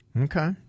Okay